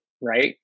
right